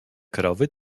krowy